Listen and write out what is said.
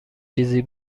چیزی